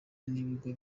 n’ibigo